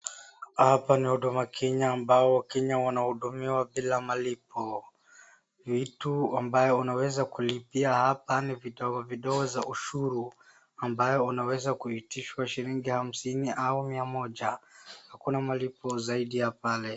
Hapa ni huduma kenya ambapo wakenya wanahudumiwa bila malipo. Vitu ambayo unaweza kulipia hapa ni vidogo vidogo za ushuru, ambayo unaweza kuitishwa shilingi hamsini au mia moja, hakuna malipo zaidi ya pale.